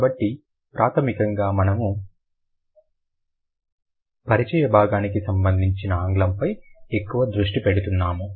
కాబట్టి ప్రాథమికంగా మనము పరిచయ భాగానికి సంబంధించిన ఆంగ్లంపై ఎక్కువ దృష్టి పెడుతున్నాము